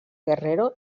guerrero